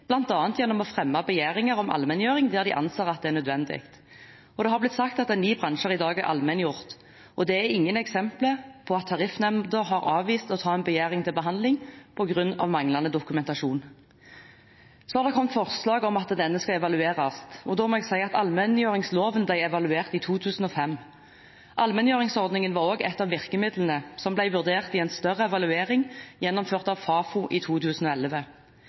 bl.a. gjennom å fremme begjæringer om allmenngjøring der en anser at det er nødvendig. Det har blitt sagt at ni bransjer i dag er allmenngjort, og det er ingen eksempel på at Tariffnemnda har avvist å ta en begjæring til behandling på grunn av manglende dokumentasjon. Så har det kommet forslag om at denne skal evalueres. Da må jeg si at allmenngjøringsloven ble evaluert i 2005. Allmenngjøringsordningen var også et av virkemidlene som ble vurdert i en større evaluering gjennomført av Fafo i 2011.